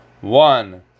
One